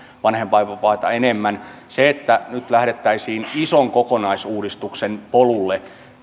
vanhempainvapaita enemmän sellaista että nyt lähdettäisiin ison kokonaisuudistuksen polulle